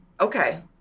Okay